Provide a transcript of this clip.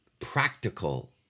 practical